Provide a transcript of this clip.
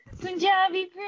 Punjabi